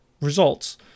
results